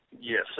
Yes